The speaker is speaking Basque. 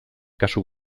kasu